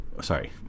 sorry